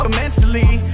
mentally